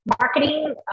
Marketing